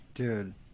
Dude